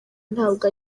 ntabwo